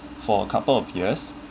for a couple of years